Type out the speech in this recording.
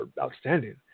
outstanding